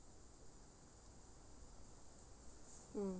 mm